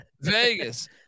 Vegas